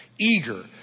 eager